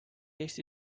eesti